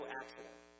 accident